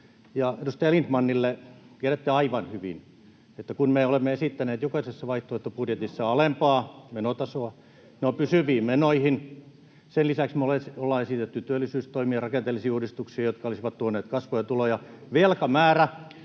Edustaja Lindtmanille: Tiedätte aivan hyvin, että kun me olemme esittäneet jokaisessa vaihtoehtobudjetissa alempaa menotasoa, ne ovat pysyviin menoihin. Sen lisäksi me olemme esittäneet työllisyystoimia, rakenteellisia uudistuksia, jotka olisivat tuoneet kasvua ja tuloja. Velkamäärä